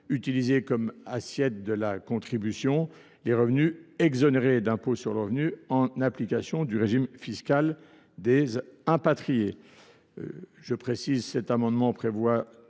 utilisé comme assiette de la présente contribution, les revenus exonérés d’impôt sur le revenu en application du régime fiscal des impatriés.